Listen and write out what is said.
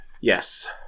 yes